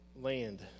land